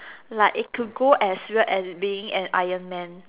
like it could as weird as being an Iron Man